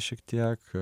šiek tiek